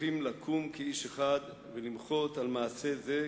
צריכים לקום כאיש אחד ולמחות על מעשה זה,